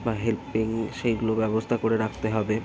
বা হেল্পিং সেইগুলো ব্যবস্তা করে রাখতে হবে